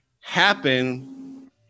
happen